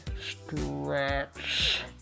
stretch